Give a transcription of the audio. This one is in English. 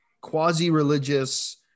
quasi-religious